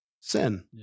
sin